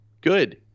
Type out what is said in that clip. Good